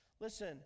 Listen